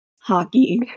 hockey